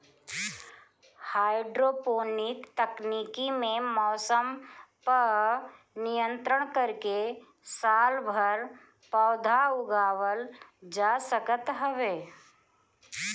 hydroponic तकनीकी में मौसम पअ नियंत्रण करके सालभर पौधा उगावल जा सकत हवे